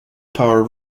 power